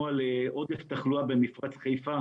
את עודף התחלואה המשמעותי במפרץ חיפה,